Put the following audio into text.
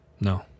No